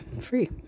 Free